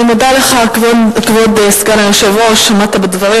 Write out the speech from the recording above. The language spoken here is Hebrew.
אני מודה לך, כבוד סגן היושב-ראש, עמדת בדברים.